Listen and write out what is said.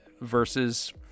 versus